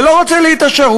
ולא רוצה להתעשר,